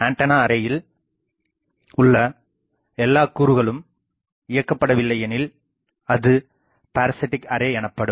antenna அரேயில் உள்ள எல்லா கூறுகளும் இயக்கப்படவில்லையெனில் அது பாரசிட்டிக் அரே எனப்படும்